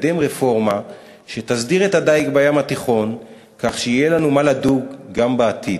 לקדם רפורמה שתסדיר את הדיג בים התיכון כך שיהיה לנו מה לדוג גם בעתיד,